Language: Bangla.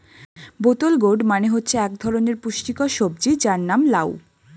বোতল গোর্ড মানে হচ্ছে এক ধরনের পুষ্টিকর সবজি যার নাম লাউ